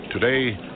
Today